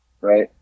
Right